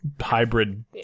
hybrid